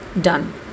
done